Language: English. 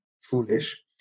foolish